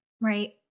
right